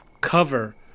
cover